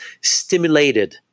stimulated